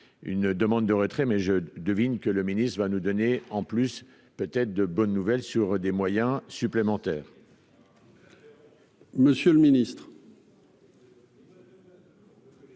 une demande de retrait mais je devine que le ministre, il va nous donner en plus peut-être de bonnes nouvelles sur des moyens supplémentaires.